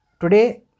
today